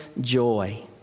joy